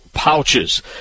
Pouches